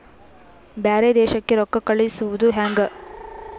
ಬ್ಯಾರೆ ದೇಶಕ್ಕೆ ರೊಕ್ಕ ಕಳಿಸುವುದು ಹ್ಯಾಂಗ?